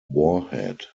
warhead